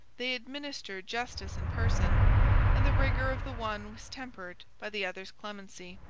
they administered justice in person and the rigor of the one was tempered by the other's clemency.